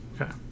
Okay